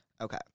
Okay